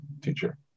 teacher